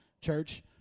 church